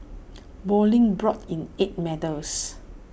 bowling brought in eight medals